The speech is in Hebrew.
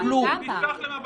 למה?